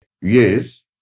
Yes